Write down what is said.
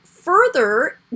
further